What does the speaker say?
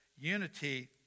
unity